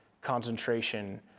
concentration